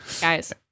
Guys